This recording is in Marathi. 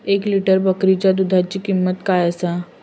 एक लिटर बकरीच्या दुधाची किंमत काय आसा?